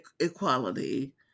equality